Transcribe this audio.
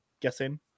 guessing